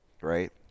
right